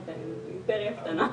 יש הערה של יושבת הראש,